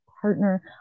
partner